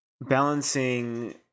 balancing